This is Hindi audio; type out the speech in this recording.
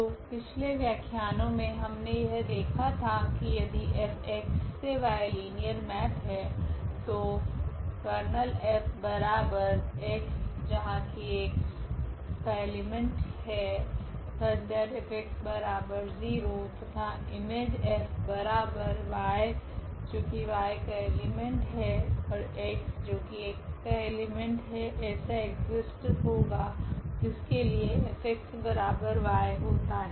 तो पिछले व्याख्यानों मे हमने यह देख था की यदि 𝐹 𝑋 → 𝑌 लीनियर मैप है तो Ker 𝐹 𝑥 ∈X 𝑥 0 तथा Im 𝐹 𝑦 ∈ 𝑌 𝑥 ∈ 𝑋 ऐसा एक्सिस्ट होगा जिसके लिए 𝐹𝑥 𝑦 होता है